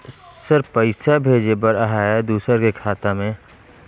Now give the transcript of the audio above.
Sir पइसा भेजे बर आहाय दुसर के खाता मे?